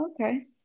Okay